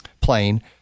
plane